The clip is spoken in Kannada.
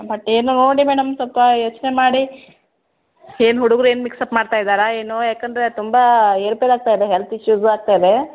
ಬಟ್ ಏನೋ ನೋಡಿ ಮೇಡಮ್ ಸ್ವಲ್ಪ ಯೋಚ್ನೆ ಮಾಡಿ ಏನು ಹುಡುಗ್ರು ಏನು ಮಿಕ್ಸಪ್ ಮಾಡ್ತಾ ಇದಾರೋ ಏನೋ ಯಾಕಂದರೆ ತುಂಬ ಏರ್ಪೇರು ಆಗ್ತಾ ಇದೆ ಹೆಲ್ತ್ ಇಶ್ಯೂಸು ಆಗ್ತಾ ಇದೆ